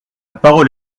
parole